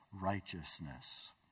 righteousness